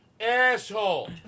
Asshole